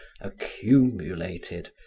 accumulated